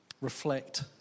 reflect